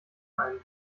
ein